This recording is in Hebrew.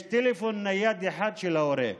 יש טלפון נייד אחד של ההורה.